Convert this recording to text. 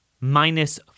minus